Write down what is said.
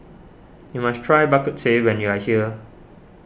you must try Bak Kut Teh when you are here